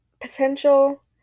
Potential